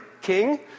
king